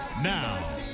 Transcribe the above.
Now